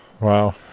Wow